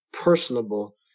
personable